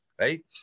right